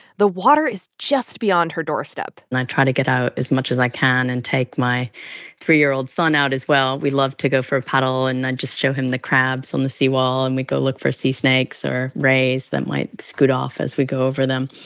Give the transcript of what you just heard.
the water is just beyond her doorstep and i try to get out as much as i can and take my three year old son out, as well. we love to go for a paddle, and i just show him the crabs on the seawall, and we go look for sea snakes or rays that might scoot off as we go over them.